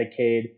Medicaid